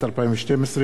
שהחזירה ועדת העבודה,